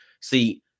See